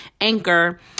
Anchor